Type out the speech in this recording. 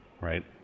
right